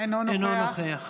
אינו נוכח